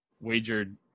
wagered